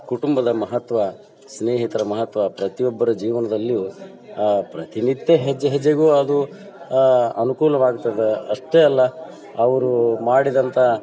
ಕುಟುಂಬದ ಮಹತ್ವ ಸ್ನೇಹಿತರ ಮಹತ್ವ ಪ್ರತಿಯೊಬ್ಬರ ಜೀವನದಲ್ಲಿಯೂ ಪ್ರತಿನಿತ್ಯ ಹೆಜ್ಜೆ ಹೆಜ್ಜೆಗೂ ಅದು ಅನುಕೂಲವಾಗ್ತದೆ ಅಷ್ಟೇ ಅಲ್ಲ ಅವರು ಮಾಡಿದಂಥ